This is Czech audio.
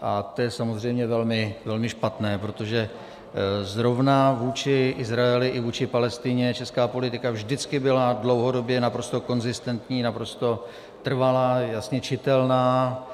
A to je samozřejmě velmi špatné, protože zrovna vůči Izraeli i vůči Palestině česká politika vždycky byla dlouhodobě naprosto konzistentní, naprosto trvalá, jasně čitelná.